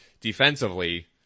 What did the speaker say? Defensively